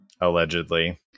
allegedly